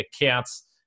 accounts